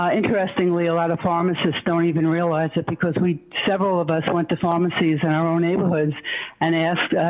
ah interestingly, a lot of pharmacists don't even realize it because we, several of us, went to pharmacies in our own neighborhoods and asked,